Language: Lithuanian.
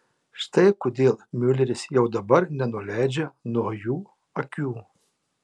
štai kodėl miuleris jau dabar nenuleidžia nuo jų akių